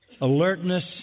alertness